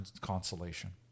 consolation